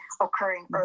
occurring